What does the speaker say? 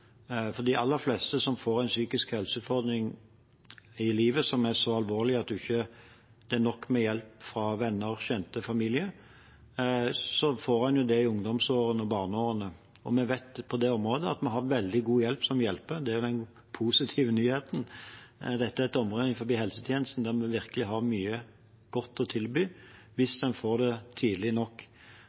De aller fleste som får en psykisk helseutfordring i livet som er så alvorlig at det ikke er nok med hjelp fra venner, kjente og familie, får det i ungdomsårene og barneårene. Vi vet at på det området har vi veldig god hjelp som hjelper. Det er den positive nyheten. Dette er et område innenfor helsetjenesten der vi virkelig har mye godt å tilby hvis en får det tidlig nok.